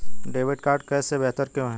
Debit card cash से बेहतर क्यों है?